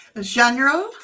genre